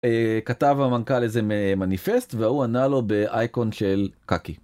כתב המנכ״ל איזה מניפסט והוא ענה לו באייקון של קאקי.